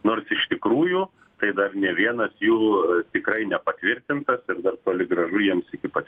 nors iš tikrųjų tai dar nė vienas jų tikrai nepatvirtintas ir dar toli gražu jiems iki pat